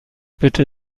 bitte